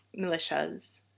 militias